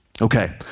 Okay